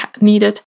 needed